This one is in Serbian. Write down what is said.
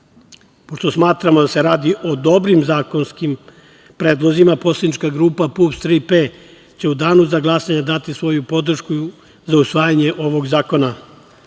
pošto smatramo da se radi o dobrim zakonskim predlozima. Poslanička grupa PUPS „Tri P“ će u danu za glasanje dati svoju podršku za usvajanje ovog zakona.